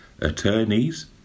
attorneys